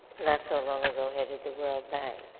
not so long ago, headed the world bank.